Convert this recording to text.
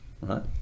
right